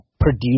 produce